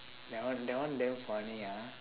that one that one damn funny ah